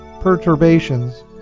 perturbations